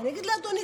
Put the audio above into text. ואני אגיד לאדוני,